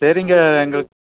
சரிங்க எங்களுக்கு